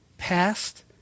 past